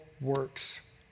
works